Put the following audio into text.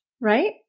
right